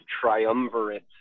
triumvirate